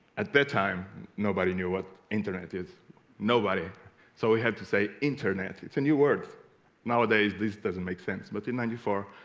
at that time nobody knew what internet is nobody so we had to say internet it's a new words nowadays this doesn't make sense but in ninety four